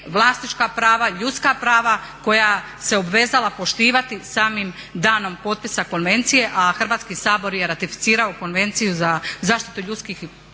vlasnička prava, ljudska prava koja se obvezala poštivati samim danom potpisa konvencije a Hrvatski sabor je ratificirao Konvenciju za zaštitu ljudskih prava